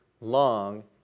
long